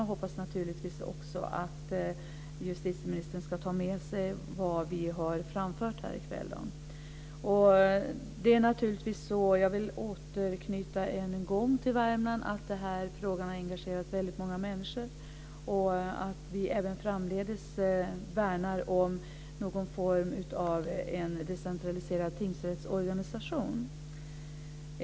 Vi hoppas naturligtvis också att justitieministern ska ta med sig vad vi har framfört här i kväll. Jag vill än en gång återknyta till Värmland och säga att den här frågan har engagerat många människor och att vi även framdeles värnar om någon form av decentraliserad tingsrättsorganisation.